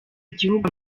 igihugu